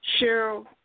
Cheryl